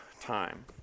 time